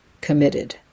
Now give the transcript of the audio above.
committed